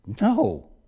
no